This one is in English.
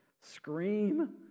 scream